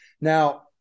Now